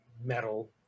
metal